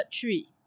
three